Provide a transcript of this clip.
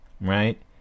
Right